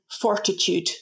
fortitude